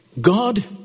God